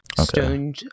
Stone